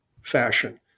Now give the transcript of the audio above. fashion